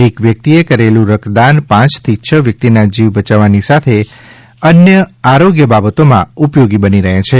એક વ્યક્તિએ કરેલું રક્તદાન પાંચથી છ વ્યક્તિના જીવ બચાવવાની સાથે અન્ય આરોગ્ય બાબતોમાં ઉપયોગી બની રહે છે